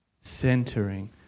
Centering